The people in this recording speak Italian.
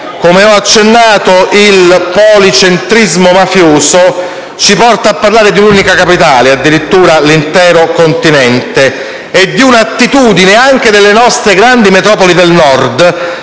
come ho accennato, il policentrismo mafioso ci porta a parlare di un'unica capitale, addirittura dell'intero continente, e di un'attitudine anche delle nostre grandi metropoli del Nord